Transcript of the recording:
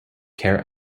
kerr